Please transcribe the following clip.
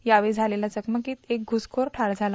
यावेळी झालेल्या चकमकीत एक प्रुसखोर ठार झाला